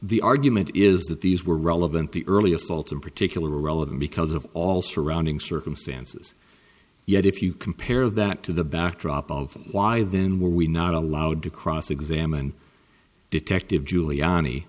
the argument is that these were relevant the early assaults in particular were relevant because of all surrounding circumstances yet if you compare that to the backdrop of why then were we not allowed to cross examine detective giuliani